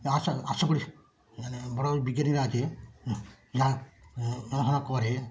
আশা আশা করি মানে বড় বড় বিজ্ঞানীরা আছে যারা পড়াশুনা করে